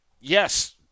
yes